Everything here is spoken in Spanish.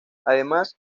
además